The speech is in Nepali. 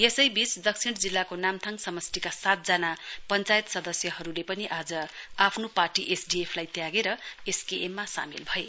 यसैवीच दक्षिण जिल्लाको नाम्थाङ समष्टिका सातजना पञ्चायत सदस्यहरुले पनि आफ्नो पार्टी एसडीएफ लाई त्यागेर आज एसकेएम मा सामेल भए